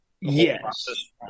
Yes